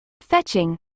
Fetching